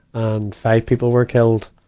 and five people were killed.